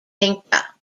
inca